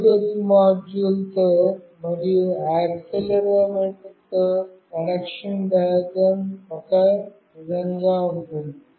Bluetooth మాడ్యూల్తో మరియు యాక్సిలెరోమీటర్తో కనెక్షన్ డియాగ్రమ్ ఒకే విధంగా ఉంటుంది